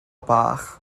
bach